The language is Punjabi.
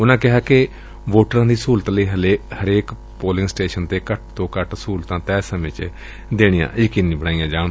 ਉਨੂਾਂ ਕਿਹਾ ਕਿ ਵੋਟਰਾਂ ਦੀ ਸਹੁਲਤ ਲਈ ਹਰੇਕ ਪੋਲਿੰਗ ਸਟੇਸ਼ਨਾਂ ਤੇ ਘੱਟੋ ਘੱਟੋ ਸਹੂਲਤਾਂ ਤੈਅ ਸਮੇਂ ਵਿੱਚ ਦੇਣੀਆਂ ਯਕੀਨੀ ਬਣਾਈਆਂ ਜਾਣ